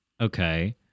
Okay